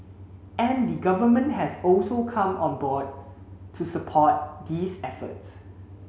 and the Government has also come on board to support these efforts